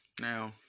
Now